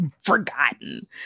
forgotten